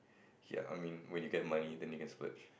ya I mean when you get money then you can splurge